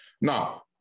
Now